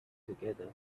together